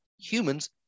Humans